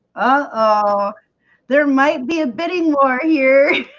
ah there might be a bidding war here